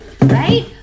right